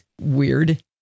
weird